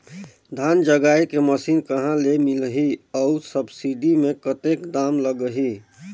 धान जगाय के मशीन कहा ले मिलही अउ सब्सिडी मे कतेक दाम लगही?